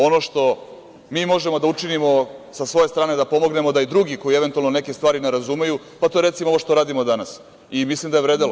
Ono što mi možemo da učinimo sa svoje strane da pomognemo da i drugi koji eventualno neke stvari ne razumeju, pa to je, recimo, ono što radimo danas i mislim da je vredelo.